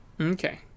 okay